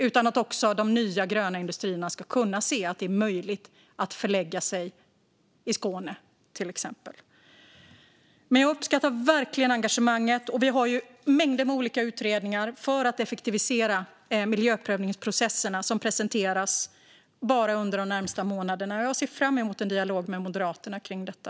Då kan de nya gröna industrierna se att det är möjligt att lägga sin verksamhet i till exempel Skåne. Jag uppskattar verkligen engagemanget. Vi har också mängder med olika utredningar om att effektivisera miljöprövningsprocesserna som ska presenteras under de närmaste månaderna. Jag ser fram emot en dialog med Moderaterna om detta.